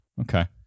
okay